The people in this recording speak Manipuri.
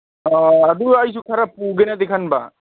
ꯑꯥ ꯑꯗꯨꯒ ꯑꯩꯁꯨ ꯈꯔ ꯄꯨꯒꯦꯅꯗꯤ ꯈꯟꯕ